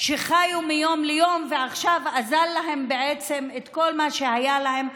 שחיו מיום ליום ועכשיו אזל להן בעצם כל מה שהיה להן,